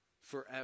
forever